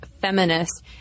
feminist